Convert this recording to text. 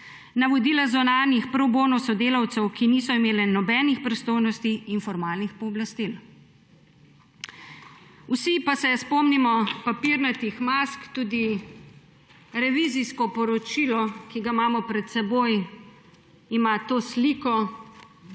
navodila zunanjih pro bono sodelavcev, ki niso imeli nobenih pristojnosti in formalnih pooblastil. Vsi pa se spomnimo papirnatih mask, tudi revizijsko poročilo, ki ga imamo pred seboj, ima to sliko.